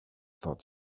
thought